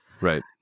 Right